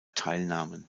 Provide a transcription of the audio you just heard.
teilnahmen